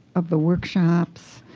of the workshops,